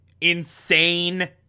insane